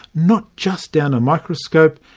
not just down a microscope,